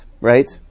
right